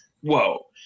whoa